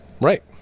Right